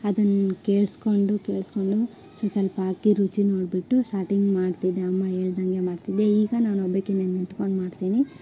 ಅದನ್ನು ಕೇಳಿಸ್ಕೊಂಡು ಕೇಳಿಸ್ಕೊಂಡು ಸ್ವಲ್ಪ ಸ್ವಲ್ಪ ಹಾಕಿ ರುಚಿ ನೋಡಿಬಿಟ್ಟು ಸ್ಟಾಟಿಂಗ್ ಮಾಡ್ತಿದ್ದೆ ಅಮ್ಮ ಹೇಳ್ದಾಗೆ ಮಾಡ್ತಿದ್ದೆ ಈಗ ನಾನು ಒಬ್ಬಾಕಿನೇ ನಿಂತ್ಕೊಂಡು ಮಾಡ್ತೀನಿ